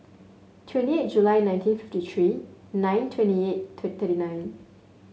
twenty eight July nineteen fifty three nine twenty eight twenty nine